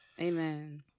Amen